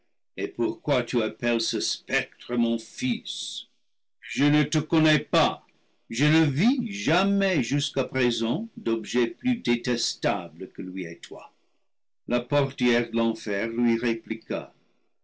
et pourquoi tu appelles ce spectre mon fils je ne te connais pas je ne vis jamais jus qu'à présent d'objet plus détestable que lui et toi la portière de l'enfer lui répliqua